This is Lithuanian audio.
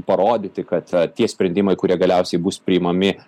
parodyti kad tie sprendimai kurie galiausiai bus priimami